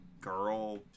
girl